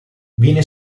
viene